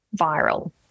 viral